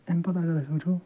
امہِ اگر أسۍ وُچھو